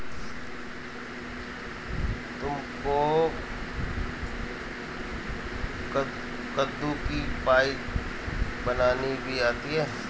तुमको कद्दू की पाई बनानी भी आती है?